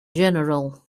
general